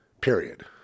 period